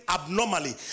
abnormally